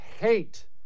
hate